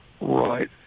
Right